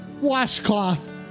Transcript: washcloth